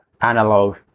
analog